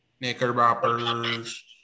Knickerbockers